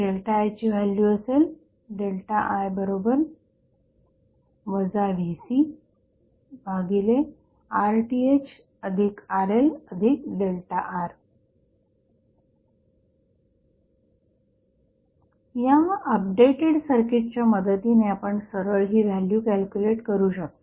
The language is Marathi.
ΔI ची व्हॅल्यू असेल I VcRThRLR या अपडेटेड सर्किटच्या मदतीने आपण सरळ ही व्हॅल्यू कॅल्क्युलेट करू शकता